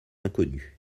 inconnue